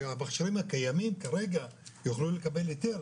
שהמכשירים הקיימים כרגע יוכלו לקבל היתר,